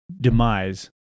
demise